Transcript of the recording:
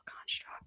construct